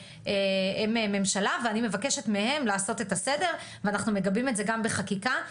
הם ממשלה ואני מבקשת מהם לעשות את הסדר ואנחנו מגבים את זה גם בחקיקה,